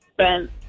spent